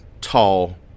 tall